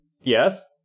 Yes